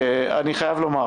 אני חייב לומר